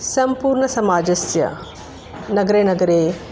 सम्पूर्णसमाजस्य नगरे नगरे